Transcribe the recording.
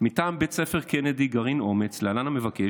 מטעם בית ספר קנדי, גרעין אומץ, להלן: המבקש,